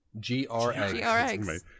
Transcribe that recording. GRX